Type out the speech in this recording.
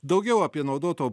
daugiau apie naudotų